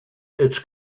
its